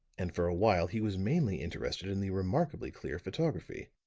and for a while he was mainly interested in the remarkably clear photography,